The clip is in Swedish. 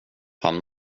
han